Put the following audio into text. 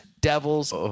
Devils